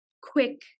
quick